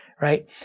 right